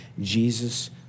Jesus